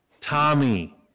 Tommy